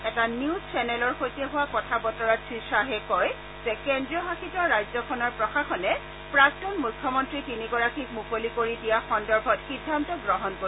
এটা নিউজ চেনেলৰ সৈতে হোৱা কথা বতৰাত শ্ৰীখাহে কয় যে কেন্দ্ৰীয় শাসিত ৰাজ্যখনৰ প্ৰশাসনে প্ৰাক্তন মুখ্যমন্তী তিনিগৰাকীক মুকলি কৰি দিয়া সন্দৰ্ভত সিদ্ধান্ত গ্ৰহণ কৰিব